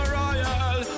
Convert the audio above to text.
royal